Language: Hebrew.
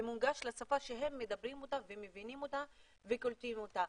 ומונגש לשפה שהם מדברים ומבינים וקולטים אותה.